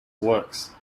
works